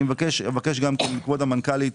ומכבוד המנכ"לית,